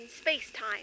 space-time